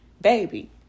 Baby